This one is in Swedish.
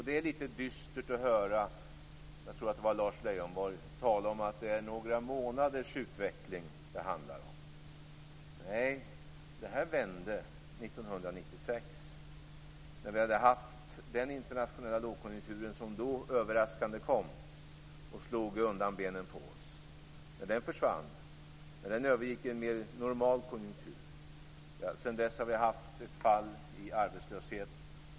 Det är litet dystert att höra - jag tror att det var Lars Leijonborg - talas om att det handlar om några månaders utveckling. Nej, det vände 1996 när vi hade haft den internationella lågkonjunktur som då överraskande kom och slog undan benen på oss. Men den försvann och övergick i en mer normal konjunktur. Sedan dess har vi haft ett fall i arbetslöshet.